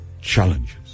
challenges